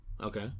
Okay